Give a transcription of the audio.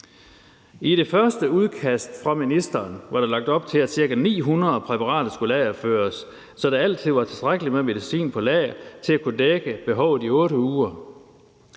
I det første udkast fra ministeren var der lagt op til, at ca. 900 præparater skulle lagerføres, så der altid var tilstrækkelig med medicin på lager til at kunne dække behovet i 8 uger.